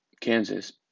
Kansas